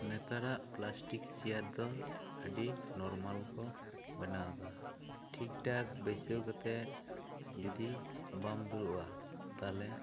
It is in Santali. ᱱᱮᱛᱟᱨᱟᱜ ᱯᱞᱟᱥᱴᱤᱠ ᱪᱮᱭᱟᱨ ᱫᱚ ᱟᱹᱰᱤ ᱱᱚᱨᱢᱟᱞ ᱠᱚ ᱵᱮᱱᱟᱣ ᱮᱫᱟ ᱴᱷᱤᱠ ᱴᱷᱟᱠ ᱵᱟᱹᱭᱥᱟᱹᱣ ᱠᱟᱛᱮ ᱡᱩᱫᱤ ᱵᱟᱢ ᱫᱩᱲᱩᱜᱼᱟ ᱛᱟᱦᱚᱞᱮ